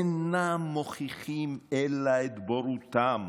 אינם מוכיחים אלא את בורותם